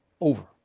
over